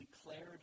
declared